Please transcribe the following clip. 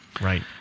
Right